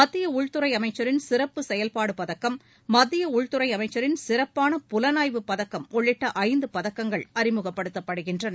மத்திய உள்துறை அமைச்சரின் சிறப்பு செயல்பாடு பதக்கம் மத்திய உள்துறை அமைச்சரின் சிறப்பான புலனாய்வு பதக்கம் உள்ளிட்ட ஐந்து பதக்கங்கள் அறிமுகப்படுத்தப்படுகின்றன